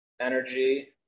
energy